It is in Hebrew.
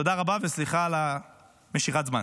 תודה רבה, וסליחה על משיכת הזמן.